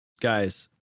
guys